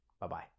Bye-bye